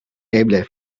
eble